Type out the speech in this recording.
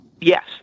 Yes